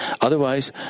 otherwise